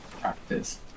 Practice